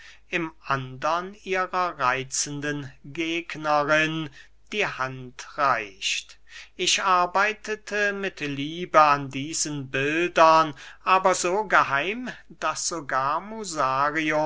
im andern ihrer reitzenden gegnerin die hand reicht ich arbeitete mit liebe an diesen bildern aber so geheim daß sogar